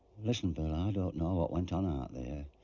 listen, bill, i don't know what went on out there.